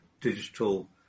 digital